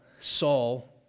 Saul